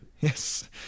yes